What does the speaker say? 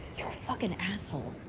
you're a fucking asshole.